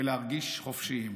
ולהרגיש חופשיים,